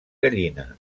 gallina